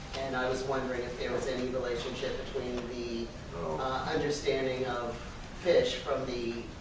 and i was wondering if there was any relationship between the understanding of fish from the